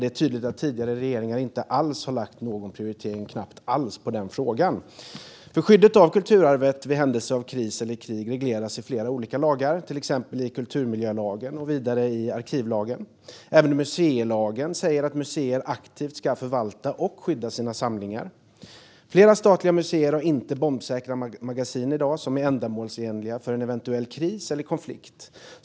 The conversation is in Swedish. Det är tydligt att tidigare regeringar knappt alls har prioriterat denna fråga. Skyddet av kulturarvet vid händelse av kris eller krig regleras i flera olika lagar, till exempel i kulturmiljölagen och arkivlagen. Även museilagen säger att museer aktivt ska förvalta och skydda sina samlingar. Flera statliga museer har i dag inte bombsäkra magasin som är ändamålsenliga vid en eventuell kris eller konflikt.